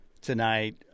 tonight